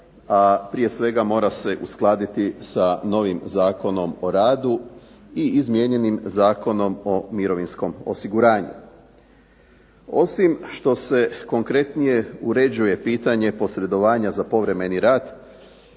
a prije svega mora se uskladiti sa novim Zakonom o radu i izmijenjenim Zakonom o mirovinskom osiguranju. Osim što se konkretnije uređuje pitanje posredovanja za povremeni rad